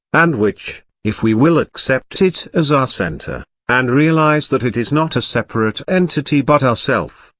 and which, if we will accept it as our centre, and realise that it is not a separate entity but ourself,